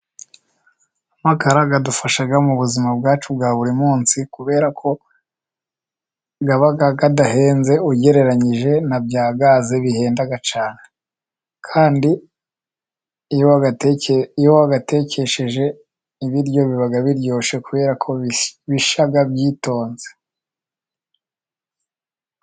Amakara aradufasha mu buzima bwacu bwa buri munsi kubera ko aba adahenze ugereranyije na bya gaze bihenda. Kandi iyo uyatekesheje ibiryo biba biryoshye kubera ko bisha byitonze.